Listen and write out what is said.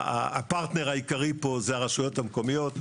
הפרטנר העיקרי פה הוא הרשויות המקומיות.